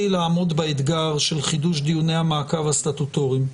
לעמוד באתגר של חידוש דיוני המעקב הסטטוטוריים.